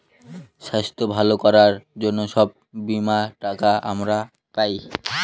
স্বাস্থ্য ভালো করার জন্য সব বীমার টাকা আমরা পায়